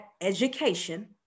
education